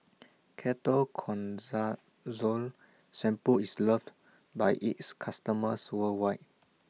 Ketoconazole Shampoo IS loved By its customers worldwide